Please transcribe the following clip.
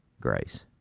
grace